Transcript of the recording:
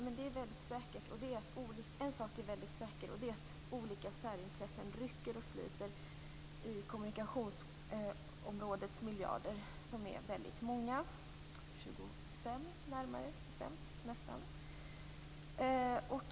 Men en sak är säker, och det är att olika särintressen rycker och sliter i kommunikationsområdets miljarder, som är väldigt många - nästan 25 närmare bestämt.